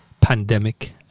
pandemic